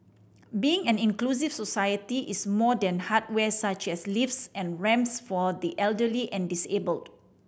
being an inclusive society is more than hardware such as lifts and ramps for the elderly and disabled